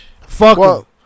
Fuck